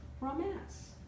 romance